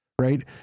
right